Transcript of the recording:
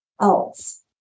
else